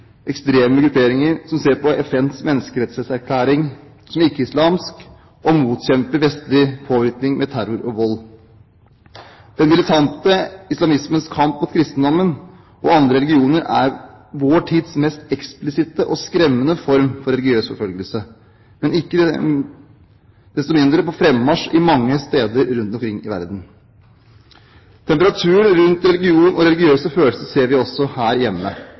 ekstreme grupperinger som ser på FNs menneskerettserklæring som ikke-islamsk og som motkjemper vestlig påvirkning med terror og vold. Den militante islamismens kamp mot kristendommen og andre religioner er vår tids mest eksplisitte og skremmende form for religiøs forfølgelse, men er ikke desto mindre på fremmarsj mange steder rundt omkring i verden. Temperaturen rundt religion og religiøse følelser ser vi også her hjemme.